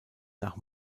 nach